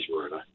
murder